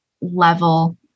level